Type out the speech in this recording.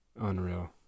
unreal